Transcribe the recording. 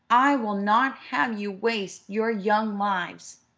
i will not have you waste your young lives.